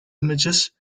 images